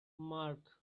marc